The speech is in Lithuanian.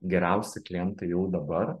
geriausi klientai jau dabar